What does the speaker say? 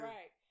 Right